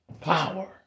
Power